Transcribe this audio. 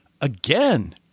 again